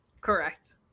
Correct